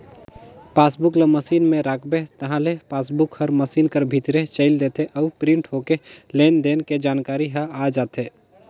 passbook ल machine में राखबे ताहले पासबुक हर मसीन कर भीतरे चइल देथे अउ प्रिंट होके लेन देन के जानकारी ह आ जाथे